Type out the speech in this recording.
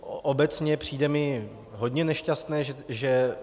Obecně přijde mi hodně nešťastné, že...